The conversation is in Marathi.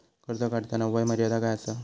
कर्ज काढताना वय मर्यादा काय आसा?